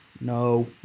No